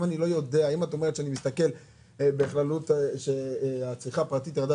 אם מסתכלים בכללות שהצריכה הפרטית ירדה